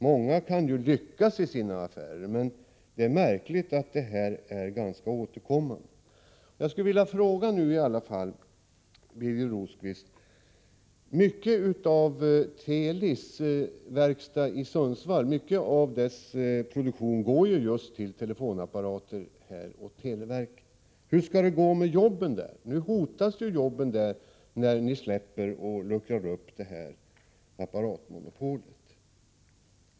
Många kan ju lyckas i sina affärer, men det är märkligt att dessa klagomål är ganska återkommande. jobben där? Dessa jobb hotas när ni luckrar upp och släpper apparatmonopolet.